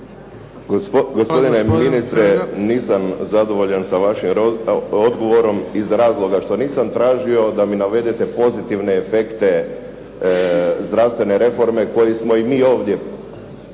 Gospodine ministre nisam zadovoljan sa vašim odgovorom iz razloga što nisam tražio da mi navedete pozitivne efekte zdravstvene reforme koji smo i mi ovdje